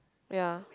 ya